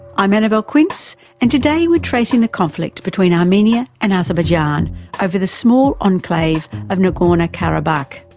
i'm annabelle quince and today we're tracing the conflict between armenia and azerbaijan over the small enclave of nagorno-karabakh.